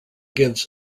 gives